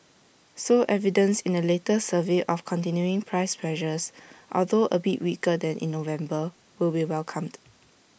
so evidence in the latest survey of continuing price pressures although A bit weaker than in November will be welcomed